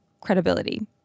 credibility